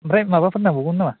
ओमफ्राय माबाफोर नांबावगोन नामा